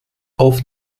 auf